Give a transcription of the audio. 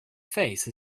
face